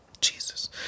Jesus